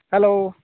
hello